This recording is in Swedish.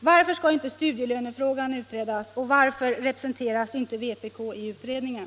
Varför skall inte studielönefrågan utredas? Varför representeras inte vpk i utredningen?